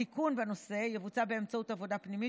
התיקון בנושא יבוצע באמצעות עבודה פנימית